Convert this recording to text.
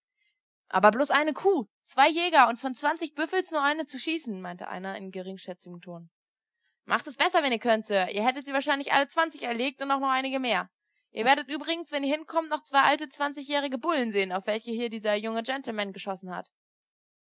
aber bloß eine kuh zwei jäger und von zwanzig büffels nur einen zu schießen meinte einer in geringschätzigem tone macht es besser wenn ihr könnt sir ihr hättet sie wahrscheinlich alle zwanzig erlegt und auch noch einige mehr ihr werdet übrigens wenn ihr hinkommt noch zwei alte zwanzigjährige bullen sehen auf welche hier dieser junge gentleman geschossen hat